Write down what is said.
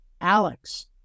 Alex